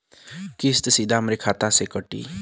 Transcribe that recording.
किस्त सीधा हमरे खाता से कटी?